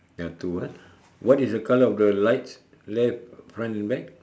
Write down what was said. ya two ah what is the colour of the lights left front and back